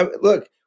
look